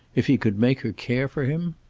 if he could make her care for him?